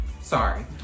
sorry